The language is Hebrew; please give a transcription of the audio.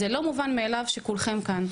זה לא מובן מאליו שכולכם כאן,